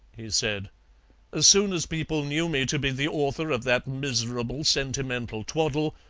he said as soon as people knew me to be the author of that miserable sentimental twaddle,